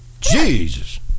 jesus